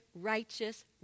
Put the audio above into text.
righteous